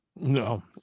No